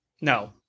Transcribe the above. No